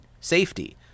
safety